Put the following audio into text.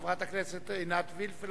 חברת הכנסת עינת וילף,